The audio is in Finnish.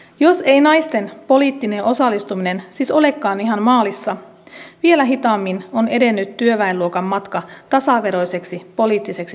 jos ei naisten poliittinen osallistuminen siis olekaan ihan maalissa vielä hitaammin on edennyt työväenluokan matka tasaveroiseksi poliittiseksi toimijaksi